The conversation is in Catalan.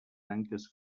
tanques